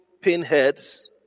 pinheads